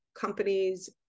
companies